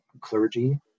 clergy